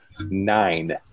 nine